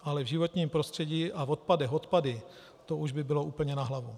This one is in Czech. Ale v životním prostředí a v odpadech odpady, to už by bylo úplně na hlavu.